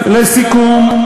לסיכום,